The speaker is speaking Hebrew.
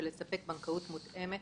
לספק בנקאות מותאמת,